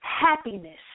happiness